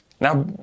Now